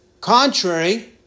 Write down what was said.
contrary